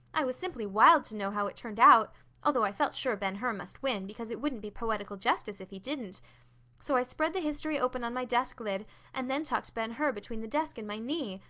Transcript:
i was simply wild to know how it turned out although i felt sure ben hur must win, because it wouldn't be poetical justice if he didn't so i spread the history open on my desk lid and then tucked ben hur between the desk and my knee.